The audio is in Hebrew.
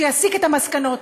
שיסיק את המסקנות,